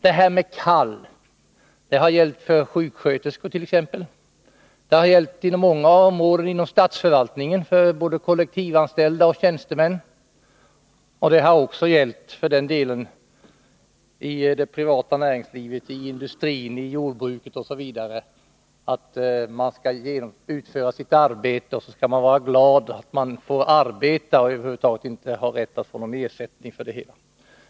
Att arbetet skulle vara ett kall har gällt för t.ex. sjuksköterskor och på många områden inom förvaltningen, för både kollektivanställda och tjänstemän. Det har också för den delen gällt i det privata näringslivet, i industrin, i jordbruket osv. att man skall utföra sitt arbete och vara glad att man får arbeta och över huvud taget inte ha rätt att få någon ersättning.